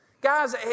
Guys